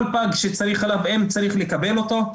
כל פג שצריך חלב אם צריך לקבל אותו.